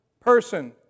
person